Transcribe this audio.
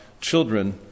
children